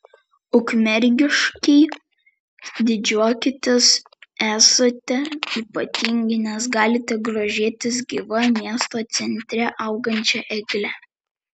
ukmergiškiai didžiuokitės esate ypatingi nes galite grožėtis gyva miesto centre augančia egle